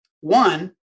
One